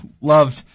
loved